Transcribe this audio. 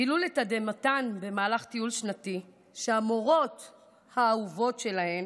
גילו לתדהמתן במהלך טיול שנתי שהמורות ה"אהובות" שלהן